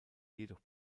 jedoch